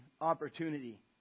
opportunity